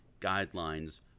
guidelines